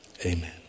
Amen